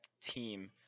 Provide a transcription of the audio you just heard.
team